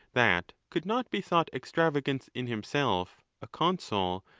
that could not be thought extravagance in himself, a consul,